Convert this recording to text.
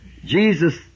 Jesus